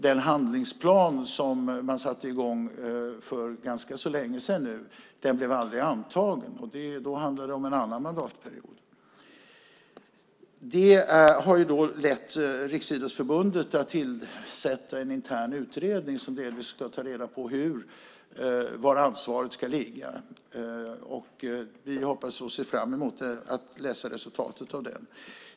Den handlingsplan som man satte i gång för ganska länge sedan blev aldrig antagen. Då handlar det om en annan mandatperiod. Det har gjort att Riksidrottsförbundet har tillsatt en intern utredning som delvis ska ta reda på var ansvaret ska ligga. Vi ser fram emot att läsa resultatet av den.